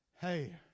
Hey